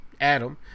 Adam